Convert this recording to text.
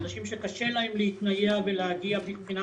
אנשים שקשה להם להתנייע ולהגיע מבחינה